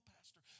Pastor